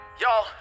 Y'all